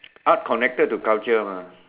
art connected to culture mah